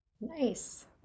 Nice